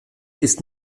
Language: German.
ist